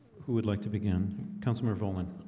who would like to begin councillor vohland